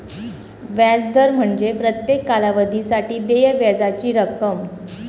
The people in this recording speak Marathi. व्याज दर म्हणजे प्रत्येक कालावधीसाठी देय व्याजाची रक्कम